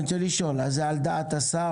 אז אני רוצה לשאול: זה על דעת השר?